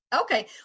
Okay